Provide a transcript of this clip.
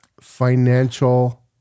financial